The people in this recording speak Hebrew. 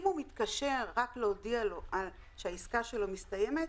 אם הוא מתקשר רק להודיע לו שהעסקה שלו מסתיימת,